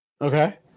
Okay